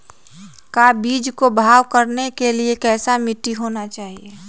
का बीज को भाव करने के लिए कैसा मिट्टी होना चाहिए?